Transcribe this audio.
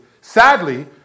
sadly